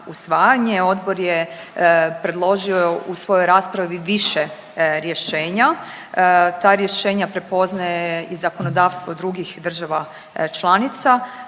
Odbor je predložio u svojoj raspravi više rješenja, ta rješenja prepoznaje i zakonodavstvo drugih država članica,